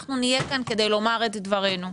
אנחנו נהיה כאן כדי לומר את דברינו.